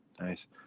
Nice